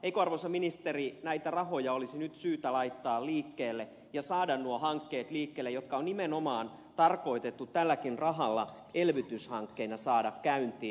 eikö arvoisa ministeri näitä rahoja olisi nyt syytä laittaa liikkeelle ja saada nuo hankkeet liikkeelle jotka on nimenomaan tarkoitettu tälläkin rahalla elvytyshankkeina saada käyntiin